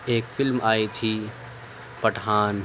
ایک فلم آئی تھی پٹھان